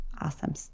Awesome